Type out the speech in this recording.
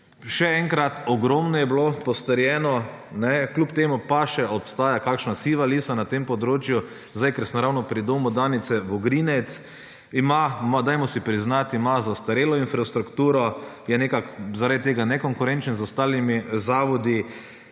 Še enkrat, ogromno je bilo postorjeno. Kljub temu pa še obstaja kakšna siva lisa na tem področju. Ker sem ravno pri domu Danice Vogrinec, dajmo si priznati, ima zastarelo infrastrukturo, je nekako zaradi tega nekonkurenčen z ostalimi zavodi.